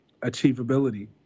achievability